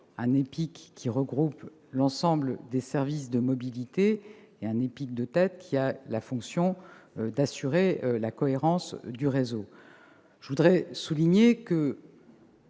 un EPIC regroupant l'ensemble des services de mobilité et un EPIC de tête chargé d'assurer la cohérence du réseau. Je voudrais souligner que